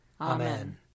Amen